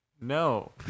no